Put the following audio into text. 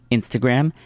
Instagram